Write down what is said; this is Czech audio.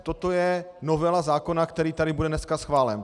Toto je novela zákona, který tady bude dneska schválen.